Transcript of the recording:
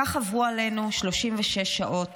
כך עברו עלינו 36 שעות